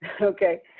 Okay